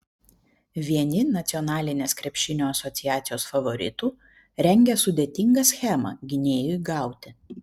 vieni nacionalinės krepšinio asociacijos favoritų rengia sudėtingą schemą gynėjui gauti